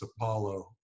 Apollo